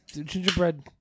gingerbread